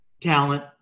talent